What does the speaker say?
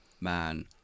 man